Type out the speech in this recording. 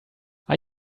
are